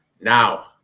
Now